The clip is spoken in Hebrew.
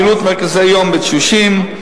פעילות מרכזי יום לתשושים,